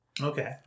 Okay